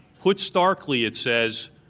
put starkly, it says,